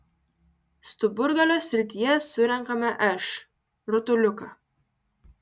stuburgalio srityje surenkame š rutuliuką